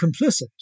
complicit